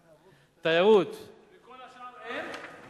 תיירות, לכל השאר אין?